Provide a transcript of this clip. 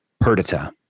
Perdita